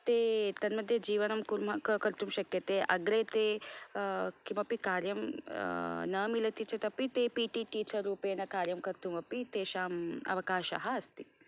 ते तन्मध्ये जीवनं कुर्मः कर्तुं शक्यते अग्रे ते किमपि कार्यं न मिलति चेत् अपि ते पी टि टीचर् रूपेण कार्यं कर्तुमपि तेषाम् अवकाशः अस्ति